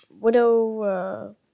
widow